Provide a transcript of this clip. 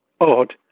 odd